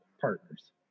partners